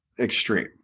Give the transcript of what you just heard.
extreme